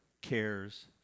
cares